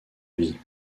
vie